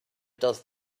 does